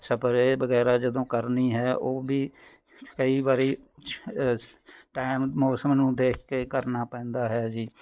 spray ਵਗੈਰਾ ਜਦੋਂ ਕਰਨੀ ਹੈ ਉਹ ਵੀ ਕਈ ਵਾਰੀ ਟਾਇਮ ਮੌਸਮ ਨੂੰ ਦੇਖ ਕੇ ਕਰਨਾ ਪੈਂਦਾ ਹੈ ਜੀ